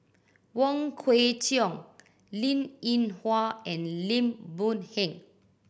Wong Kwei Cheong Linn In Hua and Lim Boon Heng